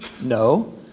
No